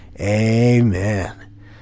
amen